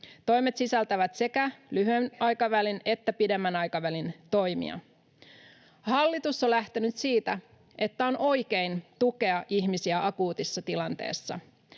Toimet sisältävät sekä lyhyen aikavälin että pidemmän aikavälin toimia. Hallitus on lähtenyt siitä, että on oikein tukea ihmisiä akuutissa tilanteessa,